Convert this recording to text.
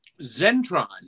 Zentron